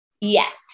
yes